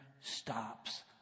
stops